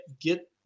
get